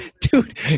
Dude